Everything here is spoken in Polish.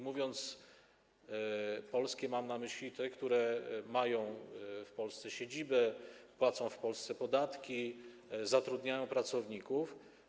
Mówiąc „polskie”, mam na myśli te, które mają w Polsce siedziby, płacą w Polsce podatki, zatrudniają pracowników.